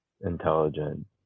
intelligent